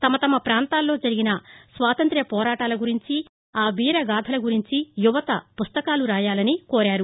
తమ తమ పాంతాల్లో జరిగిన స్వాతంత్ర్య పోరాటాలను గురించి ఆ వీర గాధల గురించీ యువత పుస్తకాలను రాయాలని కోరారు